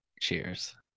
Cheers